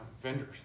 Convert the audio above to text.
vendors